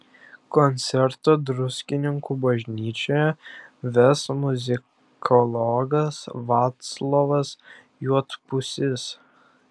koncertą druskininkų bažnyčioje ves muzikologas vaclovas juodpusis